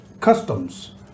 Customs